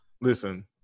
Listen